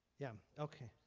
yeah. okay.